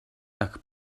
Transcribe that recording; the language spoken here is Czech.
tak